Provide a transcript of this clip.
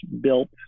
built